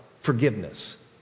Forgiveness